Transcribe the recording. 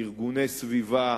ארגוני סביבה,